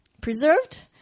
preserved